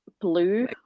blue